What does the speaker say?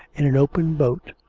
in an open boat,